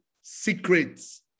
secrets